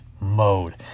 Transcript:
Mode